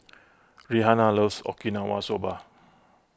Rihanna loves Okinawa Soba